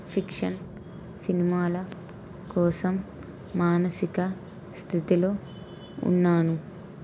fiction సినిమాల కోసం మానసిక స్థితిలో ఉన్నాను